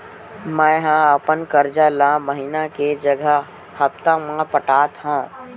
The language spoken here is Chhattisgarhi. मेंहा अपन कर्जा ला महीना के जगह हप्ता मा पटात हव